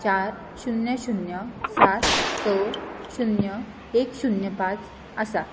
चार शुन्य शुन्य सात स शुन्य एक शुन्य पांच आसा